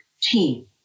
team